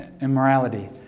immorality